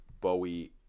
Bowie